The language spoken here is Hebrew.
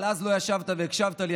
אבל אז לא ישבת והקשבת לי.